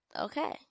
okay